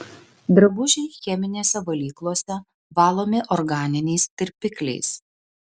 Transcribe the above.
drabužiai cheminėse valyklose valomi organiniais tirpikliais